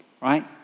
right